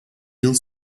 yıl